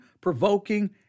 provoking